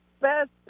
best